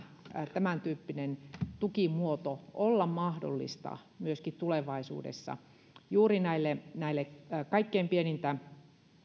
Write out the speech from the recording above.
tämäntyyppinen tukimuoto olla mahdollista myöskin tulevaisuudessa juuri näille näille kaikkein pienintä